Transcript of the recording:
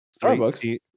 Starbucks